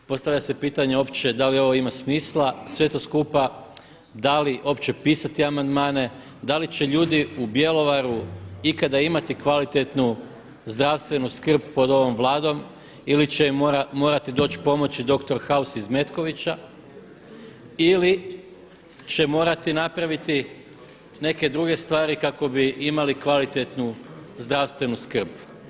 Postavlja se pitanje uopće da li ovo ima smisla sve to skupa, da li uopće pisati amandmane, da li će ljudi u Bjelovaru ikada imati kvalitetnu zdravstvenu skrb pod ovom Vladom ili će morati doći pomoći dr. House iz Metkovića ili će morati napraviti neke druge stvari kako bi imali kvalitetnu zdravstvenu skrb.